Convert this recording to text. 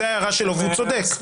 זו ההערה שלו והוא צודק.